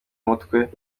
mutwe